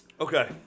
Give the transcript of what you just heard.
Okay